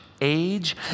age